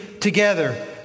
together